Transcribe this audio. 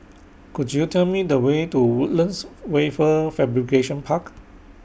Could YOU Tell Me The Way to Woodlands Wafer Fabrication Park